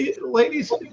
Ladies